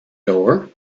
door